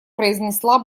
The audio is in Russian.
произнесла